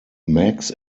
max